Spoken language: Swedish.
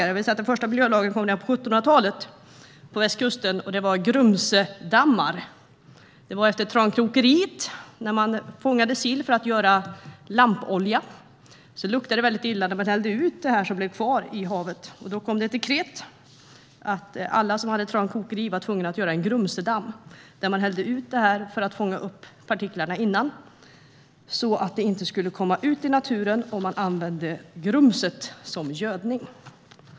Jag vill säga att den första miljölagen kom på västkusten redan på 1700-talet och handlade om grumsedammar. Man fångade sill för att göra lampolja. Trankokeriet hällde ut det som blev kvar i havet, och det luktade väldigt illa. Det kom ett dekret att alla som hade trankokeri var tvungna att göra en grumsedamm, där man hällde ut det här för att fånga upp partiklarna så att de inte skulle komma ut i naturen. Man använde grumset som gödning.